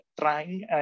trying